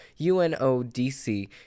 UNODC